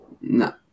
no